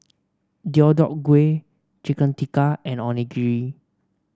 Deodeok Gui Chicken Tikka and Onigiri